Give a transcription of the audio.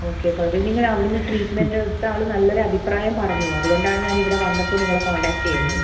okay അപ്പോൾ അത് നിങ്ങൾ അവിടെ നിന്ന് ട്രീറ്റ്മെൻ്റ് എടുത്ത ആൾ നല്ലൊരു അഭിപ്രായം പറഞ്ഞു അതുകൊണ്ടാണ് ഞാൻ ഇവിടെ വന്നപ്പോൾ നിങ്ങളെ കോൺടാക്ട് ചെയ്യുന്നത്